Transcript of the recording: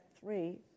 three